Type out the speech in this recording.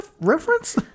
reference